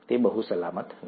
તે બહુ સલામત નથી